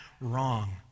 wrong